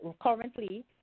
currently